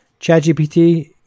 ChatGPT